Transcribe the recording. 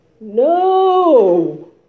No